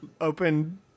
open